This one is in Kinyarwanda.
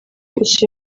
gusa